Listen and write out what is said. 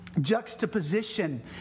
juxtaposition